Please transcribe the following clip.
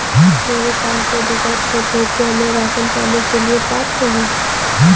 मेरे पास दो बीघा खेत है क्या मैं राशन पाने के लिए पात्र हूँ?